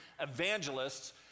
evangelists